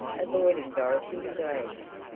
avoiding dorothy's glance.